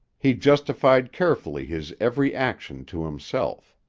he justified carefully his every action to himself.